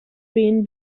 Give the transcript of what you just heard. been